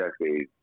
decades